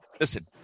Listen